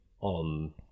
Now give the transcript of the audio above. on